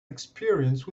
experience